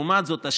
לעומת זאת,